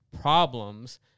problems